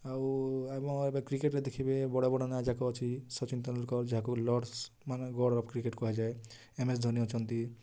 ଆଉ ଆମ କ୍ରିକେଟ୍ରେ ଦେଖିବେ ବଡ଼ ବଡ଼ ନାଁ ଯାକ ଅଛି ସଚିନ ତେନ୍ଦୁଲକର ଜାଗୁଲ ଲଡ୍ସ ମାନେ ଗର୍ଡ଼ ଅଫ୍ କ୍ରିକେଟ୍ କୁହାଯାଏ ଏମ୍ଏସ୍ ଧୋନି ଅଛନ୍ତି